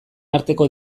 arteko